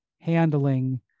handling